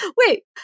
wait